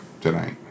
tonight